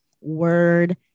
word